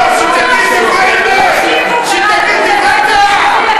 שתגיד דברי אמת, שתגיד דברי טעם.